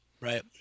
Right